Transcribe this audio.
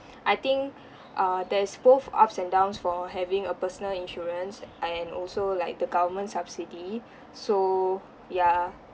I think err there's both ups and downs for having a personal insurance and also like the government subsidy so ya